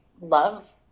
love